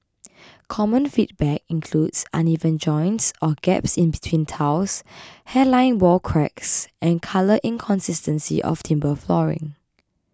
common feedback includes uneven joints or gaps in between tiles hairline wall cracks and colour inconsistency of timber flooring